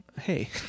Hey